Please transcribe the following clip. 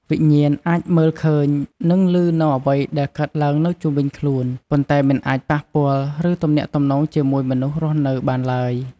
វិញ្ញាណអាចមើលឃើញ និងឮនូវអ្វីដែលកើតឡើងនៅជុំវិញខ្លួន ប៉ុន្តែមិនអាចប៉ះពាល់ ឬទំនាក់ទំនងជាមួយមនុស្សរស់នៅបានឡើយ។